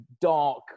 dark